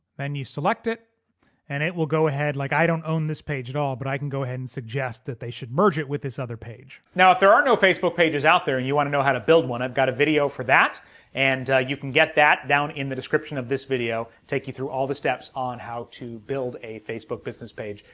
then you select it and it will go ahead. like i don't own this page at all but i can go ahead and suggest that they should merge it with this other page. now if there are no facebook pages out there and you want to know how to build one, i've got a video for that and you can get that down in the description of this video it'll take you through all the steps on how to build a facebook business page.